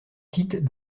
sites